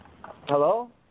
Hello